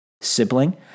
sibling